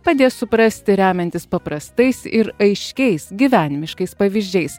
padės suprasti remiantis paprastais ir aiškiais gyvenimiškais pavyzdžiais